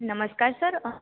હમ નમસ્કાર સર